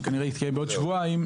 שכנראה יתקיים בעוד שבועיים,